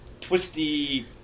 twisty